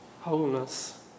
wholeness